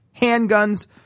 handguns